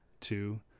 two